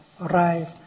arrive